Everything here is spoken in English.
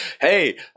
hey